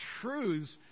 truths